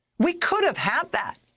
we could have had that.